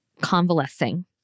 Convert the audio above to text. convalescing